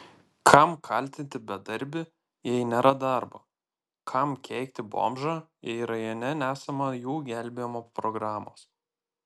kam kaltinti bedarbį jei nėra darbo kam keikti bomžą jei rajone nesama jų gelbėjimo programos